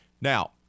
Now